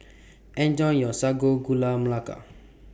Enjoy your Sago Gula Melaka